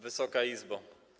Wysoka Izbo!